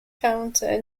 county